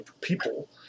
people